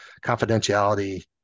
confidentiality